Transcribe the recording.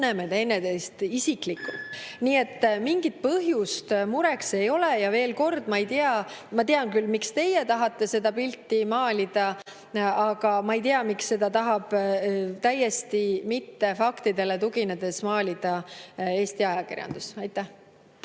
tunneme üksteist isiklikult. Nii et mingit põhjust mureks ei ole. Ja veel kord, ma ei tea … Ma tean küll, miks teie tahate seda pilti maalida, aga ma ei tea, miks seda tahab täiesti mittefaktidele tuginedes maalida Eesti ajakirjandus. Aitäh!